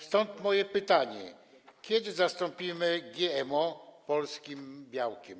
Stąd moje pytanie: Kiedy zastąpimy GMO polskim białkiem?